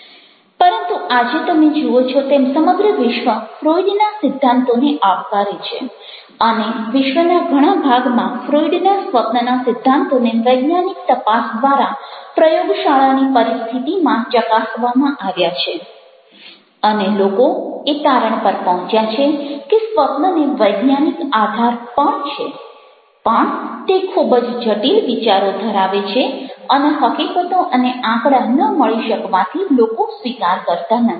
પરંતુ આજે તમે જુઓ છો તેમ સમગ્ર વિશ્વ ફ્રોઇડના સિદ્ધાંતોને આવકારે છે અને વિશ્વના ઘણા ભાગમાં ફ્રોઇડના સ્વપ્નના સિદ્ધાંતોને વૈજ્ઞાનિક તપાસ દ્વારા પ્રયોગશાળાની પરિસ્થિતિમાં ચકાસવામાં આવ્યા છે અને લોકો એ તારણ પર પહોંચ્યા છે કે સ્વપ્નને વૈજ્ઞાનિક આધાર પણ છે પણ તે ખૂબ જ જટિલ વિચારો ધરાવે છે અને હકીકતો અને આંકડા ન મળી શકવાથી લોકો સ્વીકાર કરતા નથી